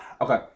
Okay